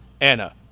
Anna